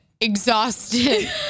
exhausted